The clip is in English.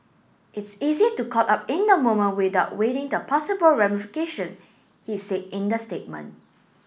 it's easy to caught up in the moment without waiting the possible ramification he said in the statement